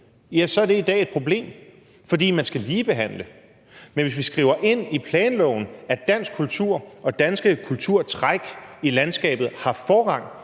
er det i dag et problem, fordi man skal ligebehandle. Men hvis vi skriver ind i planloven, at dansk kultur og danske kulturtræk i landskabet har forrang,